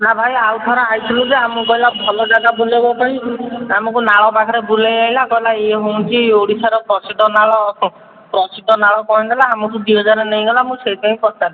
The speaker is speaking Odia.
ନା ଭାଇ ଆଉଥରେ ଆସିଥିଲୁ ଯେ ଆମକୁ କହିଲା ଭଲ ଜାଗା ବୁଲେଇବ ପାଇଁ ଆମକୁ ନାଳ ପାଖରେ ବୁଲେଇ ଆଇଲା କହିଲା ଇଏ ହେଉଛି ଓଡ଼ିଶାର ପ୍ରସିଦ୍ଧ ନାଳ ପ୍ରସିଦ୍ଧ ନାଳ କହିଦେଲା ଆମଠୁ ଦୁଇହଜାର ନେଇଗଲା ମୁଁ ସେଇଥିପାଇଁ ପଚାରିଲି